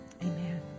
Amen